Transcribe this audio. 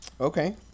Okay